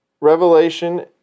Revelation